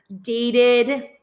dated